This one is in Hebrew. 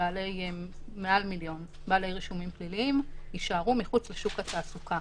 בעלי רישומים פליליים יישארו מחוץ לשוק התעסוקה.